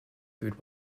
food